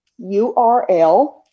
URL